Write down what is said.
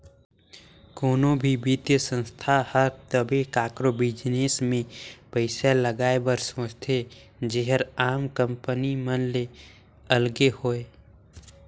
कोनो भी बित्तीय संस्था हर तबे काकरो बिजनेस में पइसा लगाए बर सोंचथे जेहर आम कंपनी मन ले अलगे होए